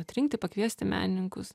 atrinkti pakviesti menininkus